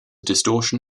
distortion